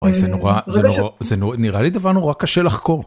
זה נורא, זה נורא, זה נורא, נראה לי דבר נורא קשה לחקור.